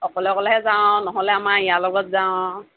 অকলে অকলেহে যাওঁ আৰু নহ'লে আমাৰ ইয়াৰ লগত যাওঁ আৰু